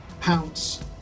pounce